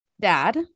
dad